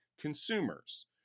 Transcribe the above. consumers